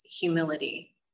humility